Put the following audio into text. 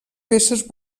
peces